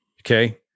Okay